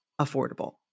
affordable